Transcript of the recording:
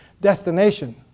destination